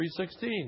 3.16